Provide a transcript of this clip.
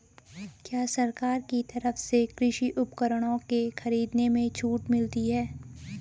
क्या सरकार की तरफ से कृषि उपकरणों के खरीदने में छूट मिलती है?